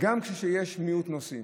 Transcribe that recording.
מיעוט נוסעים,